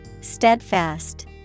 Steadfast